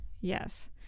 Yes